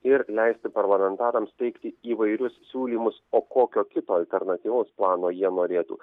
ir leisti parlamentarams teikti įvairius siūlymus o kokio kito alternatyvaus plano jie norėtų